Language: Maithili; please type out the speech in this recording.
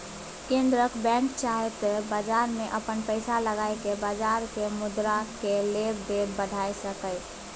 केंद्रक बैंक चाहे त बजार में अपन पैसा लगाई के बजारक मुद्रा केय लेब देब बढ़ाई सकेए